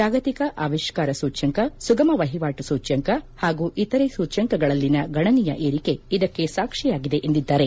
ಜಾಗತಿಕ ಆವಿಷ್ಣಾರ ಸೂಚ್ನಂಕ ಸುಗಮ ವಹಿವಾಟು ಸೂಚ್ಯಂಕ ಹಾಗೂ ಇತರೆ ಸೂಚ್ಯಂಕಗಳಲ್ಲಿನ ಗಣನೀಯ ಏರಿಕೆ ಇದಕ್ಕೆ ಸಾಕ್ಷಿಯಾಗಿದೆ ಎಂದಿದ್ದಾರೆ